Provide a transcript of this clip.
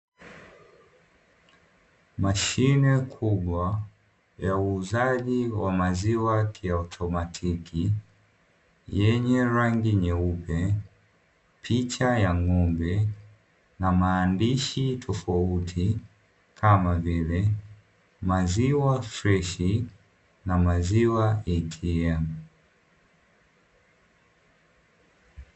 Mashine kubwa ya uuzaji wa maziwa kiautomatiki yenye rangi nyeupe, picha ya ng’ombe na maandishi tofauti kama vile “maziwa freshi” na “maziwa ATM.”